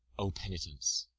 o penitence,